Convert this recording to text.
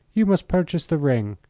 you must purchase the ring,